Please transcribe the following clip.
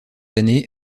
année